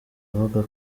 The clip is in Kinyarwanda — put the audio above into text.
avuga